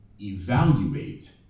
evaluate